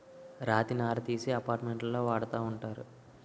రాతి నార తీసి అపార్ట్మెంట్లో వాడతా ఉంటారు